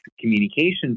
communication